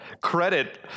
credit